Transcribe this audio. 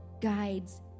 guides